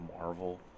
Marvel